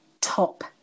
top